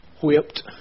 whipped